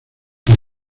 las